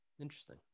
Interesting